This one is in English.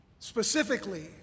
Specifically